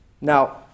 Now